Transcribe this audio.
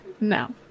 no